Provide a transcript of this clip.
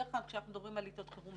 בדרך כלל כשאנחנו מדברים על עיתות חירום,